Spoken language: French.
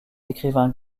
écrivains